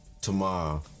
tomorrow